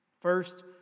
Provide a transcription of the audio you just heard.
First